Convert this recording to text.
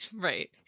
Right